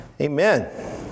amen